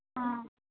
हां